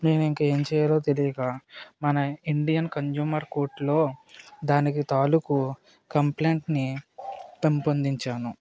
నేను ఇంకా ఏం చెయ్యాలో తెలీకా మన ఇండియన్ కంజ్యూమర్ కోర్టులో దానికి తాలుకు కంప్లైంట్ని పెంపొందించాను